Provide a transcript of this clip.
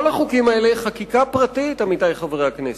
כל החוקים האלה הם חקיקה פרטית, עמיתי חברי הכנסת.